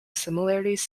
similarities